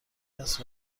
است